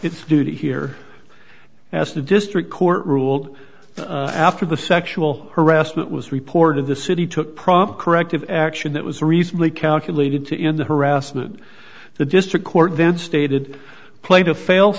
its duty here as the district court ruled after the sexual harassment was reported the city took prompt corrective action that was recently calculated to in the harassment the district court then stated play to fail